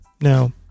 Now